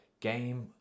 game